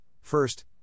First